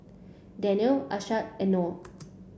Daniel Ashraf and Noh